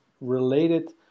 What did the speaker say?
related